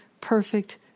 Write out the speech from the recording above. perfect